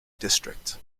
district